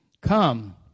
come